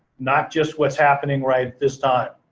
not just what's happening right at this time.